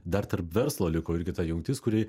dar tarp verslo liko irgi ta jungtis kuri